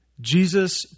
Jesus